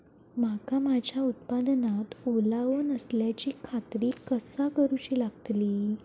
मका माझ्या उत्पादनात ओलावो नसल्याची खात्री कसा करुची लागतली?